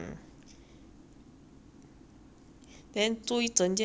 then 租一整就要千二